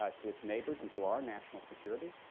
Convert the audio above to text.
ah to its neighbors, and to our national security.